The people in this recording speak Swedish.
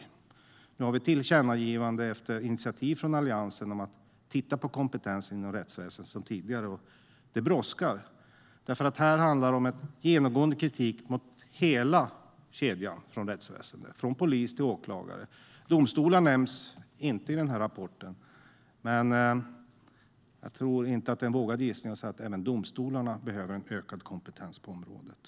Det finns sedan tidigare ett tillkännagivande, efter initiativ från Alliansen, om att man ska titta på kompetensen inom rättsväsendet. Det brådskar, för här handlar det om en genomgående kritik mot hela kedjan i rättsväsendet, från polis till åklagare. Domstolar nämns inte i den här rapporten. Men jag tror inte att det är en vågad gissning att även domstolarna behöver en ökad kompetens på området.